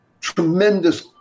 tremendous